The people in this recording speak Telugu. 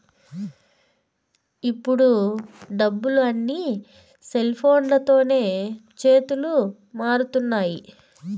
ఇప్పుడు డబ్బులు అన్నీ సెల్ఫోన్లతోనే చేతులు మారుతున్నాయి